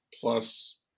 Plus